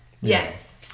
Yes